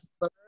third